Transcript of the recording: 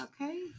okay